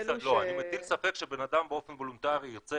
אני מטיל ספק שהבן אדם באופן וולונטרי ירצה